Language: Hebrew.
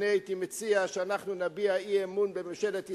אני הייתי מציע שאנחנו נביע אי-אמון בממשלת ישראל,